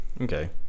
Okay